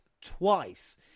twice